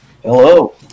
Hello